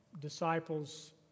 disciples